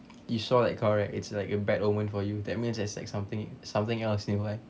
you saw that cow right it's like a bad omen for you that means there's like something something else nearby